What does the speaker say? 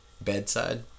bedside